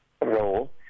role